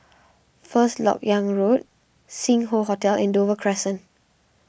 First Lok Yang Road Sing Hoe Hotel and Dover Crescent